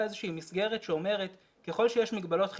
איזושהי מסגרת שאומרת ככל שיש מגבלות חיצוניות,